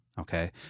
Okay